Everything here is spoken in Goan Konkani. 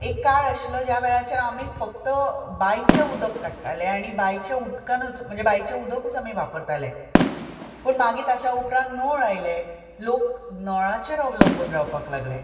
एक काळ आशिल्लो ज्या वेळाचेर आमी फक्त बांयचे उदक काडटालें आनी बांयचे उदकानूच म्हणचे बांयचें उदकूच आमी वापरताले तर मागीर ताच्या उपरांत नळ आयले लोक नळाचेर अवलंबून रावपाक लागले